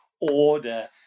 order